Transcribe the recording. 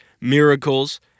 miracles